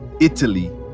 Italy